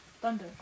thunder